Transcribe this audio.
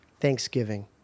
Thanksgiving